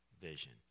vision